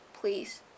please